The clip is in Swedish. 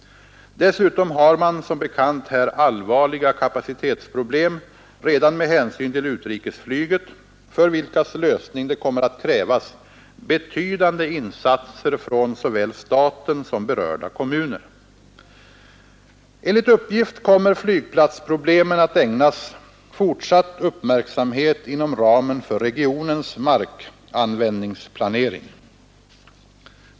Dessutom har man som bekant här allvarliga kapacitetsproblem redan med hänsyn till utrikesflyget, för vilkas lösning det kommer att krävas betydande insatser från såväl staten som berörda kommuner. Enligt uppgift kommer flygplatsproblemen att ägnas fortsatt uppmärksamhet inom ramen för regionens markanvändningsplanering.